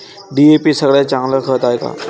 DAP सगळ्यात चांगलं खत हाये का?